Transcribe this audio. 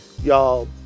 y'all